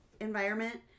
environment